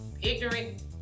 ignorant